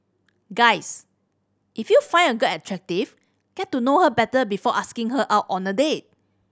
guys if you find a girl attractive get to know her better before asking her out on a date